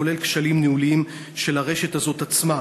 כולל כשלים ניהוליים של הרשת הזאת עצמה.